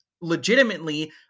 legitimately